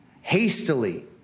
hastily